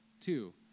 Two